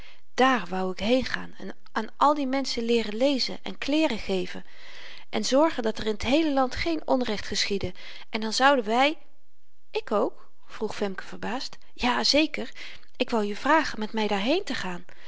daar wou ik heengaan en aan al die menschen lezen leeren en kleeren geven en zorgen dat er in t heele land geen onrecht geschiedde en dan zouden wy ik ook vroeg femke verbaasd ja zeker ik wou je vragen met my daarheen te gaan